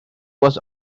was